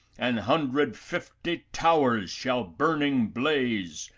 an hundred fifty towers shall burning blaze,